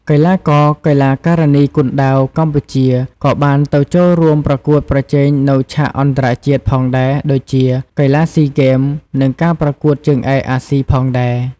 កីឡាករ-កីឡាការិនីគុនដាវកម្ពុជាក៏បានទៅចូលរួមប្រកួតប្រជែងនៅឆាកអន្តរជាតិផងដែរដូចជា កីឡាស៊ីហ្គេម និងការប្រកួតជើងឯកអាស៊ីផងដែរ។